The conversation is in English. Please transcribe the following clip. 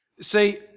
See